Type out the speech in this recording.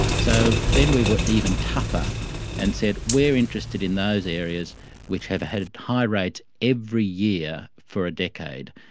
so then we were even tougher and said we are interested in those areas which have had high rates every year for a decade,